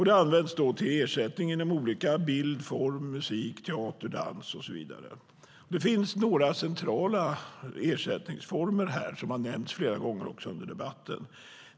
Det används till ersättning inom bild, form, musik, teater, dans och så vidare. Det finns några centrala ersättningsformer här som har nämnts flera gånger under debatten.